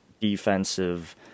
defensive